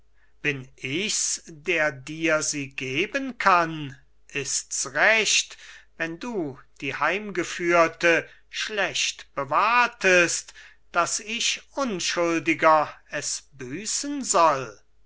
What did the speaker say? bin ich's der dir sie geben kann ist's recht wenn du die heimgeführte schlecht bewahrtest daß ich unschuldiger es büßen soll